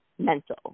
mental